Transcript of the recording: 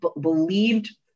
believed